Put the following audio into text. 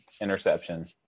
interception